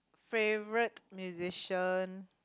favourite musician